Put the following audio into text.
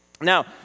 Now